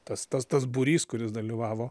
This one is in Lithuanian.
tas tas tas būrys kuris dalyvavo